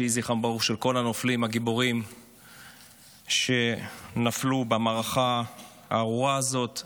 יהי זכרם ברוך של כל הנופלים הגיבורים שנפלו במערכה הארורה הזאת,